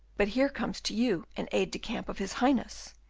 but here comes to you an aide-de-camp of his highness,